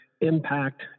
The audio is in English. impact